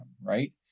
right